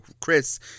Chris